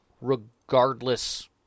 regardless